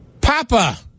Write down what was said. Papa